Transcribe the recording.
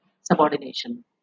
subordination